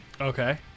okay